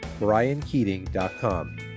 briankeating.com